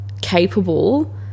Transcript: capable